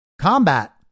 combat